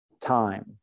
time